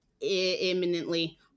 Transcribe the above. imminently